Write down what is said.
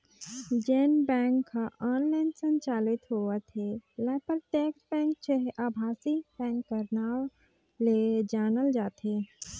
जेन बेंक ह ऑनलाईन संचालित होवत हे ल प्रत्यक्छ बेंक चहे अभासी बेंक कर नांव ले जानल जाथे